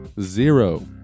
Zero